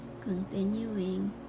continuing